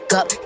up